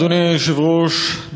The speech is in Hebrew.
אדוני היושב-ראש,